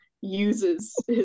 uses